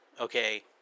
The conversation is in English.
okay